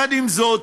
עם זאת,